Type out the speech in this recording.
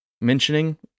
mentioning